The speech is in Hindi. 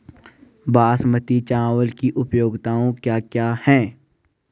बासमती चावल की उपयोगिताओं क्या क्या हैं?